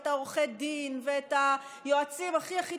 את עורכי הדין ואת היועצים הכי הכי